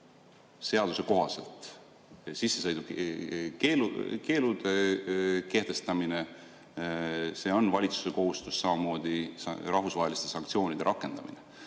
seaduse kohaselt sissesõidukeelu kehtestamine, see on valitsuse kohustus, samamoodi rahvusvaheliste sanktsioonide rakendamine.